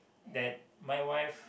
that my wife